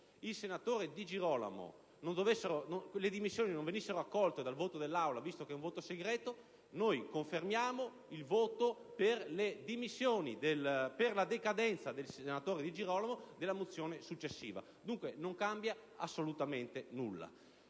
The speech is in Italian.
sulle dimissioni le stesse non venissero accolte dall'Aula, visto che è un voto segreto, noi confermiamo il voto per la decadenza del senatore Di Girolamo nella mozione successiva. Dunque, non cambia assolutamente nulla.